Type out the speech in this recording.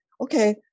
okay